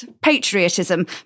patriotism